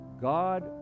God